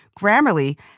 Grammarly